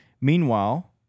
Meanwhile